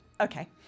Okay